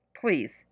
please